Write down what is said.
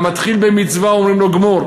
המתחיל במצווה אומרים לו גמור.